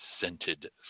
scented